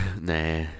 Nah